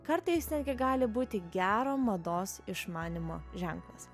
kartais netgi gali būti gero mados išmanymo ženklas